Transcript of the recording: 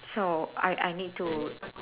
so I I need to